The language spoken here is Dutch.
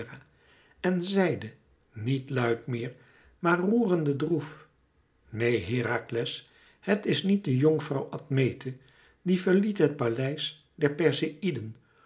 en zeide niet luid meer maar roerende droef neen herakles het is niet de jonkvrouw admete die verliet het paleis der perseïden